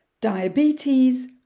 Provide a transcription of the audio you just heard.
diabetes